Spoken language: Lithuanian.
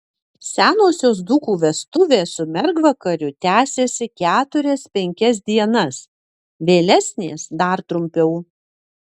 senosios dzūkų vestuvės su mergvakariu tęsėsi keturias penkias dienas vėlesnės dar trumpiau